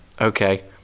Okay